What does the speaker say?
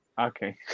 okay